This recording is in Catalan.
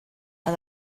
han